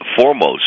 foremost